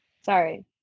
sorry